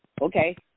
okay